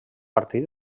partit